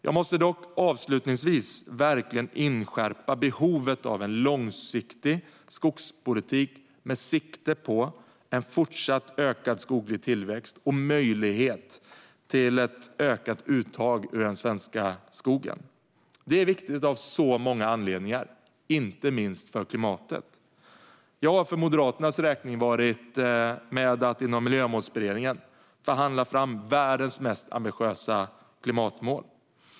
Jag måste dock avslutningsvis verkligen inskärpa behovet av en långsiktig skogspolitik med sikte på en fortsatt ökad skoglig tillväxt och möjlighet för en ökat uttag ur den svenska skogen. Detta är viktigt av så många anledningar, inte minst för klimatet. Jag har för Moderaternas räkning varit med om att inom Miljömålsberedningen förhandla fram världens mest ambitiösa klimatmål.